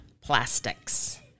plastics